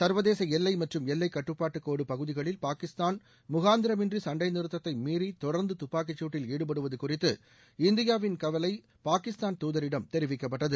ச்வதேச எல்லை மற்றும் எல்லைக்கட்டுப்பாடு கோடு பகுதிகளில் பாகிஸ்தான் முகாந்திரமின்றி சண்டை நிறுத்தத்தை மீறி தொடர்ந்து துப்பாக்கிச்சூட்டில் ஈடுபடுவது குறித்து இந்தியாவின் கவலை பாகிஸ்தான் துாதரிடம் தெரிவிக்கப்பட்டது